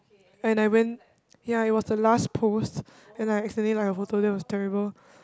and I went ya it was the last post and then like it was like totally terrible